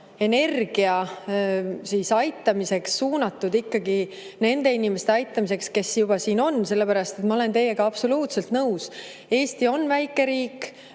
energia suunatud ikkagi nende inimeste aitamiseks, kes juba siin on, sellepärast et, ma olen teiega absoluutselt nõus, Eesti on väike riik